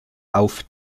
auf